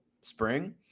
spring